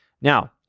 Now